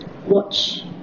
Watch